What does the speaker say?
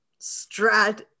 strat